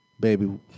baby